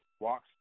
walks